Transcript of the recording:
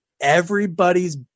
everybody's